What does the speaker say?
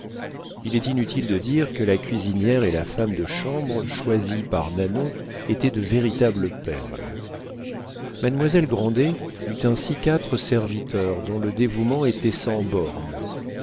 il est inutile de dire que la cuisinière et la femme de chambre choisies par nanon étaient de véritables perles mademoiselle grandet eut ainsi quatre serviteurs dont le dévouement était sans bornes